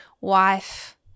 wife